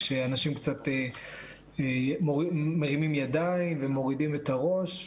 כשאנשים קצת מרימים ידיים ומורידים את הראש,